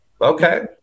Okay